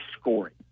scoring